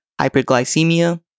hyperglycemia